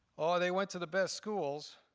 ah they went to the best schools.